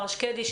מר שקדי,